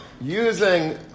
using